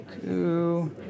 Two